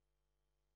פי שניים, כמעט, היו